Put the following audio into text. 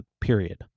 period